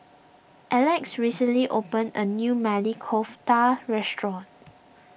Alex recently opened a new Maili Kofta restaurant